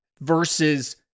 versus